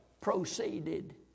proceeded